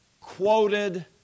quoted